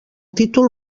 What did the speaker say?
títol